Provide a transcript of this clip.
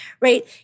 right